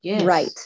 Right